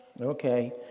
Okay